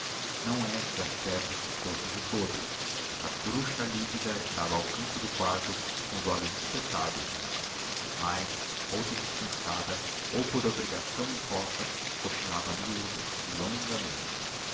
não é que a febre se fosse de todo essa bruxa lívida estava ao canto do quarto com os olhos espetados nela mas ou de cansada ou por obrigação imposta cochilava a miúdo e longamente